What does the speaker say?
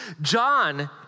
John